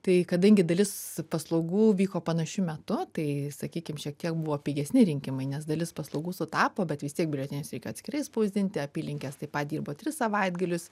tai kadangi dalis paslaugų vyko panašiu metu tai sakykim šiek tiek buvo pigesni rinkimai nes dalis paslaugų sutapo bet vis tiek biletenius reikėjo atskirai spausdinti apylinkės taip pat dirbo tris savaitgalius